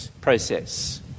process